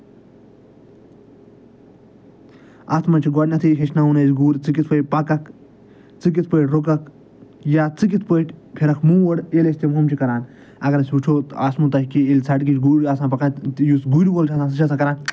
اَتھ منٛز چھُ گۄڈٕنٮ۪تھٕے ہیٚچھناوُن اَسہِ گُر ژٕ کِتھ پٲٹھۍ پَکَکھ ژٕ کِتھ پٲٹھۍ رُکَکھ یا ژٕ کِتھ پٲٹھۍ پھِرَکھ موڈ ییٚلہِ أسۍ تِم ہُم چھِ کران اَگر أسۍ وٕچھو تہٕ اَتھ مُتحکی ییٚلہِ سَڑکہِ چھِ گُرۍ آسان پَکان تہِ یُس گُرۍ وول چھِ آسان سُہ چھِ آسان کَران